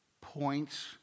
points